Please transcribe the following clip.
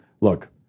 look